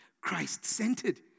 Christ-centered